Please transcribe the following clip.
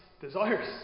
desires